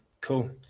cool